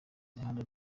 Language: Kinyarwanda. mihanda